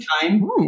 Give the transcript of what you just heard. time